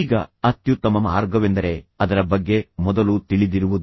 ಈಗ ಅತ್ಯುತ್ತಮ ಮಾರ್ಗವೆಂದರೆ ಅದರ ಬಗ್ಗೆ ಮೊದಲು ತಿಳಿದಿರುವುದು